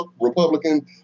Republican